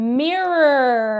mirror